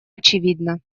очевидна